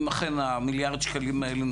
אם אכן המיליארד שקלים האלה,